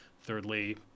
Thirdly